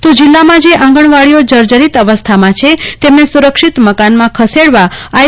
તો જીલ્લામાં જે આંગણવાડીઓ જર્જરિત અવસ્થામાં છે તેમને સુરક્ષિત મકાનમાં ખસેડવા આઈ